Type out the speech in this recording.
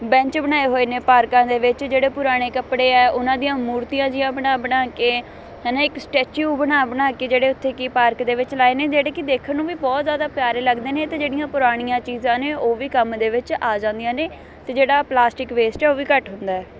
bench ਬਣਾਏ ਹੋਏ ਨੇ ਪਾਰਕਾਂ ਦੇ ਵਿੱਚ ਜਿਹੜੇ ਪੁਰਾਣੇ ਕੱਪੜੇ ਹੈ ਉਹਨਾਂ ਦੀਆਂ ਮੂਰਤੀਆਂ ਜੀਆਂ ਬਣਾ ਬਣਾ ਕੇ ਹੈ ਨਾ ਇੱਕ ਸਟੈਚੂ ਬਣਾ ਬਣਾ ਕੇ ਜਿਹੜੇ ਉੱਥੇ ਕਿ ਪਾਰਕ ਦੇ ਵਿੱਚ ਲਾਏ ਨੇ ਜਿਹੜੇ ਕਿ ਦੇਖਣ ਨੂੰ ਵੀ ਬਹੁਤ ਜ਼ਿਆਦਾ ਪਿਆਰੇ ਲੱਗਦੇ ਨੇ ਅਤੇ ਜਿਹੜੀਆਂ ਪੁਰਾਣੀਆਂ ਚੀਜ਼ਾਂ ਨੇ ਉਹ ਵੀ ਕੰਮ ਦੇ ਵਿੱਚ ਆ ਜਾਂਦੀਆਂ ਨੇ ਅਤੇ ਜਿਹੜਾ ਪਲਾਸਟਿਕ ਵੇਸਟ ਹੈ ਉਹ ਵੀ ਘੱਟ ਹੁੰਦਾ ਹੈ